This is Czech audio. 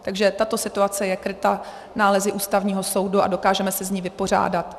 Takže tato situace je kryta nálezy Ústavního soudu a dokážeme se s ní vypořádat.